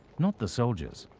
not the soldiers,